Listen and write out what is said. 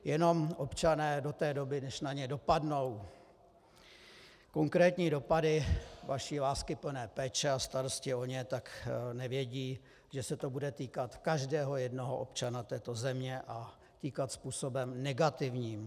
Jenom občané do té doby, než na ně dopadnou konkrétní dopady vaší láskyplné péče a starostí o ně, nevědí, že se to bude týkat každého jednoho občana této země a týkat způsobem negativním.